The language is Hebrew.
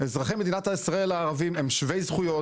אזרחי מדינת ישראל הערבים הם שווי זכויות